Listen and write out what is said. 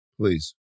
please